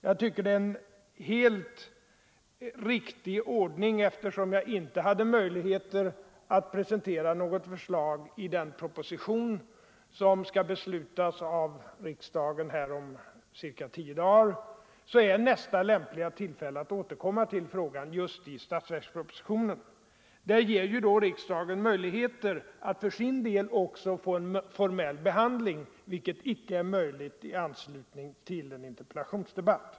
Jag tycker att det är en helt riktig ordning; eftersom jag inte hyresförluster hade möjligheter att presentera något förslag i den proposition som skall behandlas av riksdagen om cirka tio dagar är nästa lämpliga tillfälle att ta upp frågan just i budgetpropositionen. Då kan riksdagen också ge frågan en formellt riktig behandling, vilket icke är möjligt i anslutning till en interpellationsdebatt.